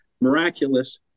miraculous